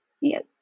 yes